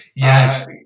Yes